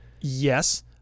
yes